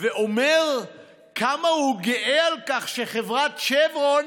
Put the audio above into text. ואומר כמה הוא גאה על כך שחברת שברון